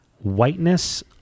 whiteness